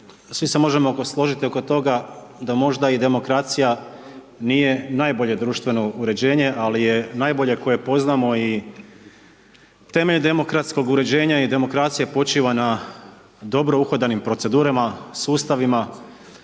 svi se možemo složiti oko toga da možda i demokracija nije najbolje društveno uređenje ali je najbolje koje poznamo i temeljem demokratskog uređenja i demokracije počiva na dobro uhodanim procedurama, sustavima